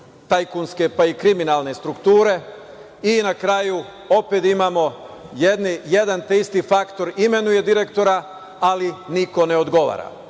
tajkunske, pa i kriminalne strukture. Na kraju opet imamo jedan te isti faktor - imenuje direktora, ali niko ne odgovara. Ono